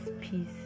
peace